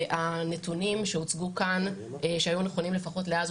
הנתונים שהוצגו כאן שהיו נכונים לפחות לאז,